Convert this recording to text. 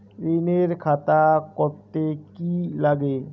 ঋণের খাতা করতে কি লাগে?